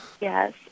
Yes